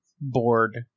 bored